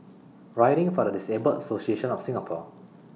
Riding For The Disabled Association of Singapore